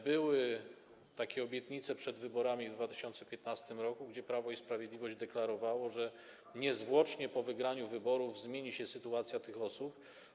Były takie obietnice przed wyborami w 2015 r., gdzie Prawo i Sprawiedliwość deklarowało, że niezwłocznie po wygraniu wyborów zmieni się sytuacja tych osób.